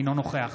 אינו נוכח